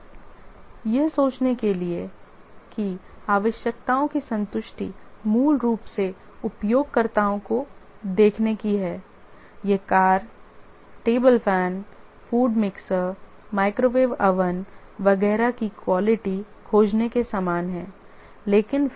लेकिन यह सोचने के लिए कि आवश्यकताओं की संतुष्टि मूल रूप से उपयोगकर्ताओं को देखने की है यह car table fan food mixer microwave oven वगैरह की क्वालिटी खोजने के समान है